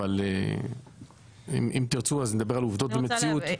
אבל אם תרצו אז נדבר על עובדות במציאות,